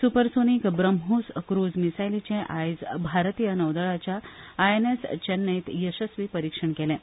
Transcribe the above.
सुपरसोनीक BrahMos cruise मिसायलीचें आयज भारतीय नौदळाच्या आयएनएस चेन्नयत येसस्वी परिक्षण केलें